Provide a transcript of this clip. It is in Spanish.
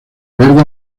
verde